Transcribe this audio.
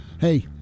Hey